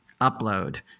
upload